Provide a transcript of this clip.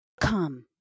Come